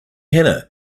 hannah